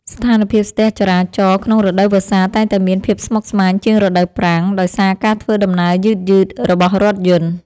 ស្ថានភាពស្ទះចរាចរណ៍ក្នុងរដូវវស្សាតែងតែមានភាពស្មុគស្មាញជាងរដូវប្រាំងដោយសារការធ្វើដំណើរយឺតៗរបស់រថយន្ត។